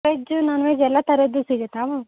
veg ನಾನು veg ಎಲ್ಲ ಥರದ್ದು ಸಿಗುತ್ತ ಮ್ಯಾಮ್